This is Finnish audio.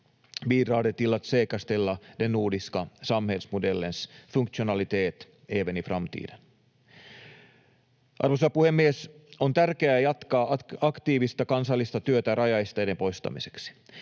bidrar det till att säkerställa den nordiska samhällsmodellens funktionalitet även i framtiden. Arvoisa puhemies! On tärkeää jatkaa aktiivista kansallista työtä rajaesteiden poistamiseksi.